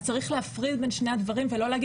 אז צריך להפריד בין שני הדברים ולא להגיד